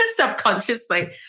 subconsciously